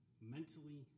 mentally